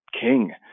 king